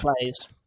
plays